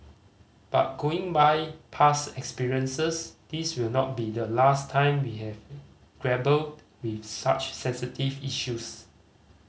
but going by past experiences this will not be the last time we have grapple with such sensitive issues